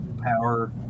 power